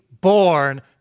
born